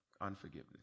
unforgiveness